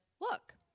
look